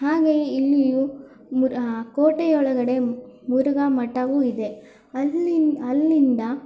ಹಾಗೆಯೇ ಇಲ್ಲಿಯೂ ಮುರ್ ಕೋಟೆಯೊಳಗಡೆ ಮುರುಘಾ ಮಠವು ಇದೆ ಅಲ್ಲಿನ ಅಲ್ಲಿಂದ